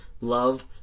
love